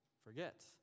Forget